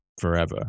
forever